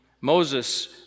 Moses